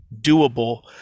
doable